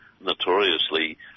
notoriously